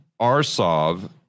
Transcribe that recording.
Arsov